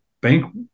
bank